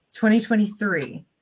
2023